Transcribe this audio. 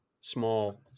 small